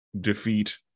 defeat